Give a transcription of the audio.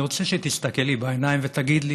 אני רוצה שתסתכל לי בעיניים ותגיד לי